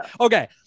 Okay